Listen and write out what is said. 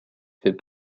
fait